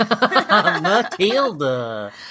Matilda